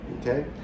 okay